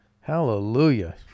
Hallelujah